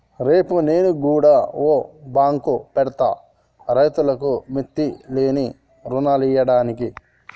రేపు నేను గుడ ఓ బాంకు పెడ్తా, రైతులకు మిత్తిలేని రుణాలియ్యడానికి